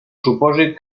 supòsit